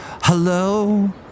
hello